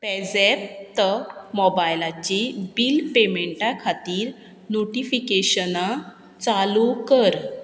PayZapp त मोबायलाची bill पेमँटा खातीर नोटिफिकेशनां चालू कर